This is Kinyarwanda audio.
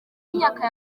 myaka